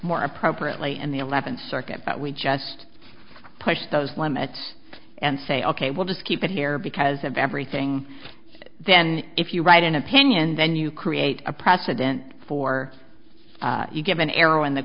more appropriately and the eleventh circuit that we just push those limits and say ok we'll just keep it here because of everything then if you write an opinion then you create a president for you give an arrow in